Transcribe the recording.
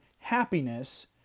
happiness